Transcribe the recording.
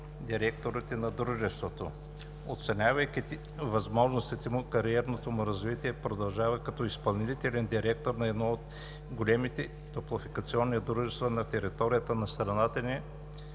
директорите на дружеството. Оценявайки възможностите му, кариерното му развитие продължава като изпълнителен директор на едно от големите топлофикационни дружества на територията на страната ни